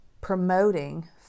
promoting